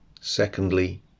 Secondly